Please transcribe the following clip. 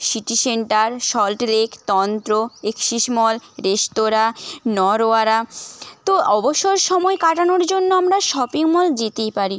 city centre Salt Lake তন্ত্র Axis mall restaurant নরওয়ারা তো অবসর সময় কাটানোর জন্য আমরা শপিং মল যেতেই পারি